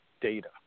data